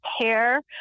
care